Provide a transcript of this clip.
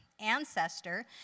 ancestor